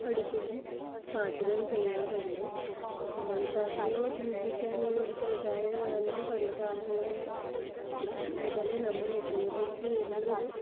അടുപ്പിലും പാചകം ചെയ്യാറുണ്ട് മൺപാത്രങ്ങൾ ഉപയോഗിക്കാനുള്ള ഒരു പ്രധാനകാരണം പണ്ട് കാലങ്ങളിൽ മുതലേ നമ്മള് ഉപയോഗിച്ച് വരുന്നൊരു